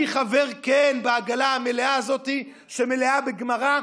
אני חבר בעגלה המלאה הזאת שמלאה בגמרא,